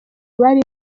bari